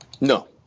no